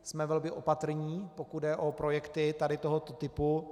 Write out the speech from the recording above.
Jsme velmi opatrní, pokud jde o projekty tohoto typu.